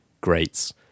greats